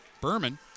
Berman